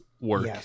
work